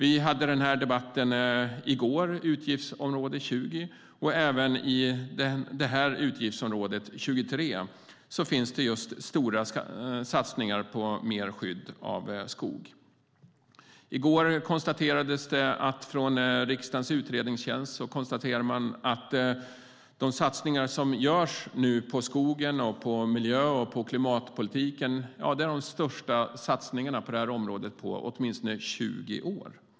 I går hade vi debatten om utgiftsområde 20, och även inom det utgiftsområde vi nu debatterar, 23, finns stora satsningar på mer skydd av skog. I går fick vi veta att riksdagens utredningstjänst konstaterar att de satsningar som nu görs på skog, miljö och klimat är de största på åtminstone 20 år.